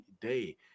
day